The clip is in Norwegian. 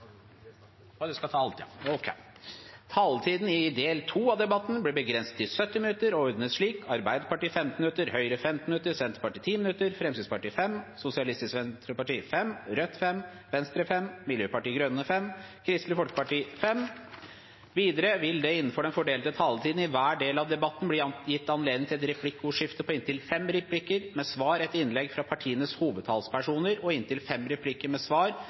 Taletiden i del 2 av debatten vil bli begrenset til 1 time og 10 minutter, og den fordeles slik: Arbeiderpartiet 15 minutter, Høyre 15 minutter, Senterpartiet 10 minutter, Fremskrittspartiet 5 minutter, Sosialistisk Venstreparti 5 minutter, Rødt 5 minutter, Venstre 5 minutter, Miljøpartiet De Grønne 5 minutter og Kristelig Folkeparti 5 minutter. Videre vil det – innenfor den fordelte taletiden i hver del av debatten – bli gitt anledning til et replikkordskifte på inntil fem replikker med svar etter innlegg fra partienes hovedtalspersoner og inntil fem replikker med svar